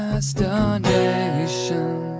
Destination